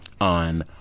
on